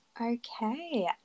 Okay